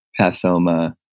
pathoma